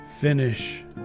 finish